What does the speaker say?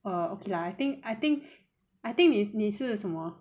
!wah! okay lah I think I think I think if 你是什么